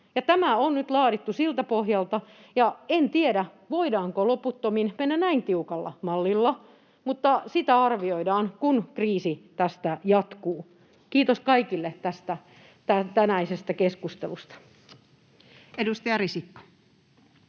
tämä on nyt laadittu siltä pohjalta. Ja en tiedä, voidaanko loputtomiin mennä näin tiukalla mallilla, mutta sitä arvioidaan, kun kriisi tästä jatkuu. — Kiitos kaikille tästä tänäisestä keskustelusta. [Speech 346]